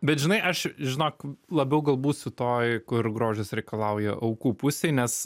bet žinai aš žinok labiau gal būtsiu toj kur grožis reikalauja aukų pusėje nes